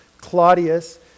Claudius